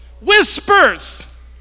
Whispers